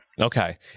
Okay